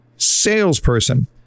salesperson